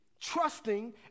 trusting